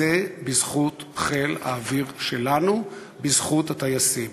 זה בזכות חיל האוויר שלנו, בזכות הטייסים.